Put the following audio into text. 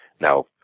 Now